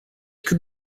cât